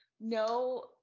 no